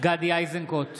גדי איזנקוט,